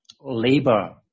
labor